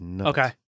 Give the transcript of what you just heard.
Okay